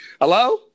Hello